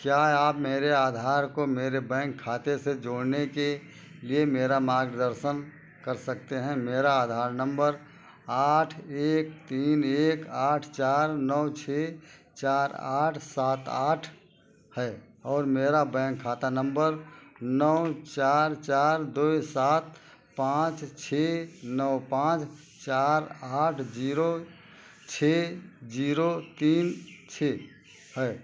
क्या आप मेरे आधार को मेरे बैंक खाते से जोड़ने के लिए मेरा मार्गदर्शन कर सकते हैं मेरा आधार नंबर आठ एक तीन एक आठ चार नौ छः चार आठ सात आठ है और मेरा बैंक खाता नंबर नौ चार चार दुई सात पाँच छः नौ पाँच चार आठ जीरो छः जीरो तीन छः है